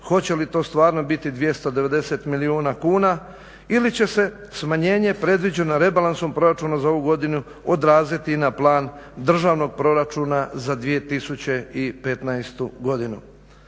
Hoće li to stvarno biti 290 milijuna kuna ili će se smanjenje predviđeno rebalansom proračuna za ovu godinu odraziti i na plan državnog proračuna za 2015.godinu?